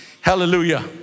hallelujah